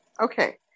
Okay